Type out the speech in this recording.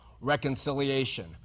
reconciliation